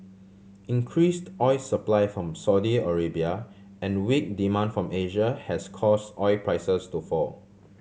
increased oil supply from Saudi Arabia and weak demand from Asia has cause oil prices to fall